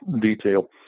detail